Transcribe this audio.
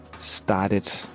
started